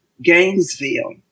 Gainesville